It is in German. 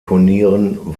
turnieren